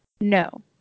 No